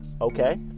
Okay